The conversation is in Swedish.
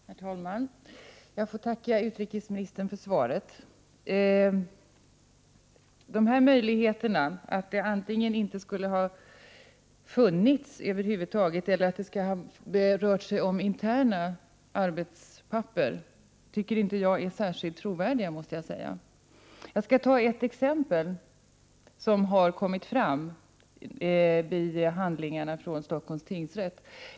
Herr talman! Jag får tacka utrikesministern för svaret. Möjligheterna att dessa dokument antingen inte skulle ha funnits över huvud taget eller att det skulle har rört sig om interna arbetspapper tycker jag inte är särskilt trovärdiga, måste jag säga. Jag skall ta ett exempel som har kommit fram i handlingarna från Stockholms tingsrätt.